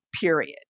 period